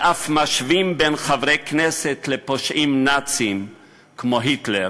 ואף משווים חברי כנסת לפושעים נאצים כמו היטלר,